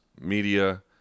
media